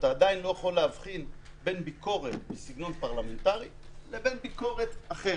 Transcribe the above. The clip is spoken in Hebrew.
שאתה עדיין לא מבחין בין ביקורת בסגנון פרלמנטרי לבין ביקורת אחרת.